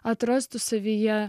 atrastų savyje